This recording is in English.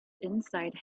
inside